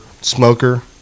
smoker